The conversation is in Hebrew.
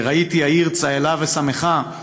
"ראיתי העיר צהלה ושמחה,